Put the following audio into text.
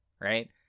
Right